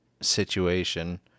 situation